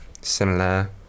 similar